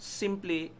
simply